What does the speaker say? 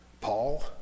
Paul